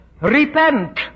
Repent